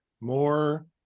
more